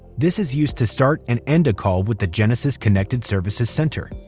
this is used to start and end a call with the genesis connected services center.